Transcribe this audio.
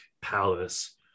palace